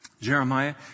Jeremiah